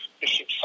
Bishop